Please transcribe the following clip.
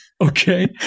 Okay